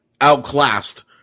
outclassed